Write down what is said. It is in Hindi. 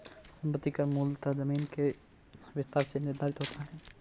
संपत्ति कर मूलतः जमीन के विस्तार से निर्धारित होता है